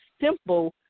simple